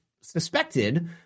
suspected